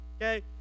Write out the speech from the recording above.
okay